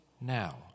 now